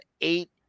eight